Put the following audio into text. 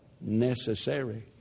necessary